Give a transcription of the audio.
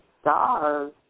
stars